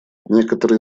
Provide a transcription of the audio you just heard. некоторые